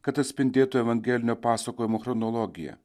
kad atspindėtų evangelinio pasakojimo chronologiją